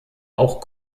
auch